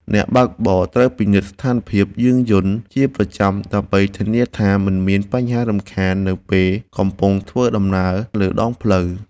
អ្នកបើកបរត្រូវពិនិត្យស្ថានភាពយានយន្តជាប្រចាំដើម្បីធានាថាមិនមានបញ្ហារំខាននៅពេលកំពុងធ្វើដំណើរលើដងផ្លូវ។